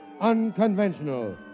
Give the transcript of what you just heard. unconventional